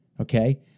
okay